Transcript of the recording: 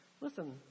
Listen